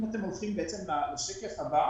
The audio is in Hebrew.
בשקף הבא